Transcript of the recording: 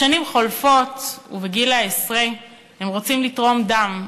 השנים חולפות, ובגיל העשרה הם רוצים לתרום דם.